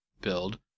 build